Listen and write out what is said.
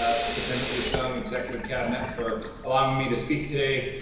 ah superintendent lee-sung, executive cabinet for allowing me to speak today.